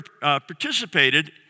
participated